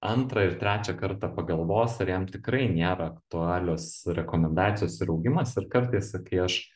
antrą ir trečią kartą pagalvos ar jam tikrai nėra aktualios rekomendacijos ir augimas ir kartais kai aš